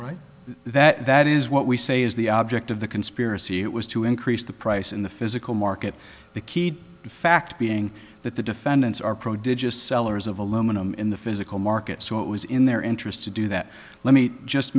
right that is what we say is the object of the conspiracy it was to increase the price in the physical market the key fact being that the defendants are pro did just sellers of aluminum in the physical market so it was in their interest to do that let me just